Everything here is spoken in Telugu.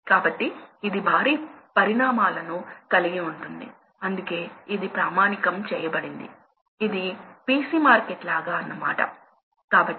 కాబట్టి మరోవైపు లోడ్ నిర్దిష్ట లక్షణ మార్గాలను కలిగి ఉంది మీరు ఈ సందర్భంలో ఆ లోడ్ ద్వారా కొంత మొత్తంలో ప్రవాహాన్ని సృష్టించాలనుకుంటే ఫర్నస్ ద్వారా కావచ్చు